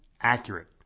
accurate